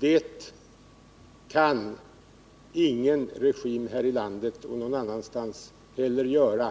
Det kan ingen regim här i landet eller någon annanstans klara av.